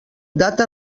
data